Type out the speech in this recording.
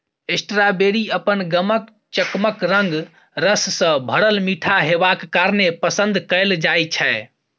strawberry अपन गमक, चकमक रंग, रस सँ भरल मीठ हेबाक कारणेँ पसंद कएल जाइ छै